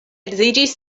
edziĝis